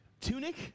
Tunic